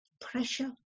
pressure